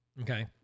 okay